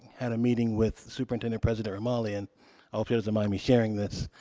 had a meeting with superintendent president romali and i hope she doesn't mind me sharing this.